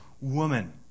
woman